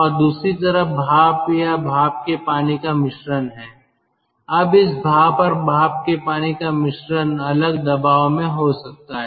और दूसरी तरफ भाप या भाप के पानी का मिश्रण है अब इस भाप और भाप के पानी का मिश्रण अलग दबाव में हो सकता है